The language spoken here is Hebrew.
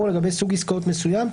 כאמור בסעיף 275 לחוק,